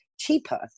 Cheaper